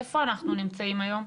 איפה אנחנו נמצאים היום?